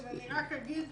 אני רק אגיד